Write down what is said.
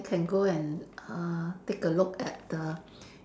then can go and err take a look at the